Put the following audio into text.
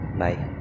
bye